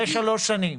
זה שלוש שנים.